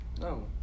No